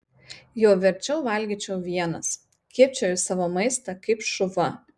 jau verčiau valgyčiau vienas kibčiau į savo maistą kaip šuva